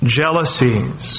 jealousies